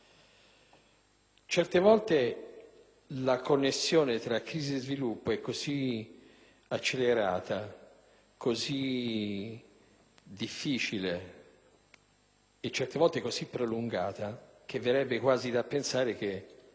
Certe volte la connessione tra crisi e sviluppo è così accelerata, così difficile e certe volte così prolungata che qualcuno più bravo